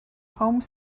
home